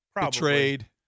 Betrayed